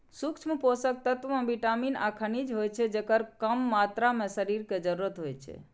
सूक्ष्म पोषक तत्व मे विटामिन आ खनिज होइ छै, जेकर कम मात्रा मे शरीर कें जरूरत होइ छै